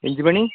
engine പണി